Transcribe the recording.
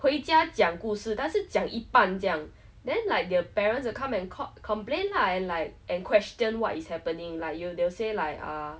回家讲故事但是讲一半这样 then like their parents will come and com~ complain lah and like and question what is happening like you they'll say like err